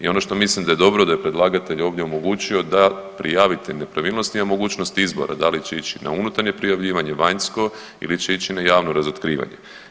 I ono što mislim da je dobro da je predlagatelj ovdje omogućio da prijavitelj nepravilnosti ima mogućnosti izbora, da li će ići na unutarnje prijavljivanje, vanjsko ili će ići na javno razotkrivanje.